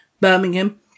birmingham